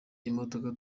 imodoka